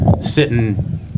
sitting